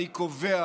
אני קובע